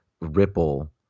ripple